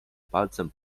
palcem